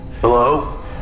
Hello